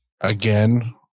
again